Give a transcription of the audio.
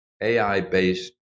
AI-based